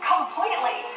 Completely